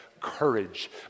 courage